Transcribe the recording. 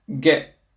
get